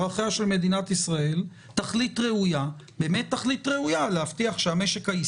התחלואה במדינה,